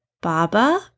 Baba